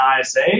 ISA